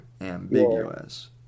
ambiguous